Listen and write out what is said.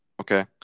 okay